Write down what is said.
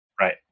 right